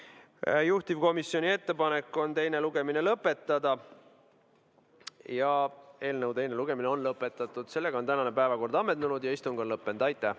Juhtivkomisjoni ettepanek on teine lugemine lõpetada. Eelnõu teine lugemine on lõpetatud. Tänane päevakord on ammendunud ja istung on lõppenud. Aitäh!